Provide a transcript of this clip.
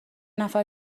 نفر